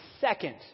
second